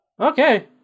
okay